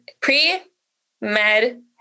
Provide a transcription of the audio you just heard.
pre-med